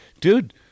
dude